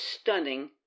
stunning